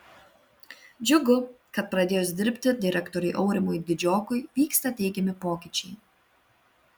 džiugu kad pradėjus dirbti direktoriui aurimui didžiokui vyksta teigiami pokyčiai